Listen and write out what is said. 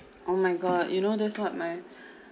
oh my god you know that's what my